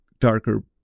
darker